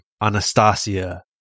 Anastasia